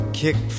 kick